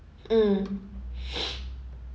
mm